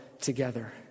together